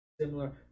similar